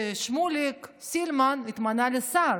ששמוליק סילמן התמנה לשר.